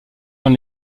dans